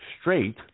straight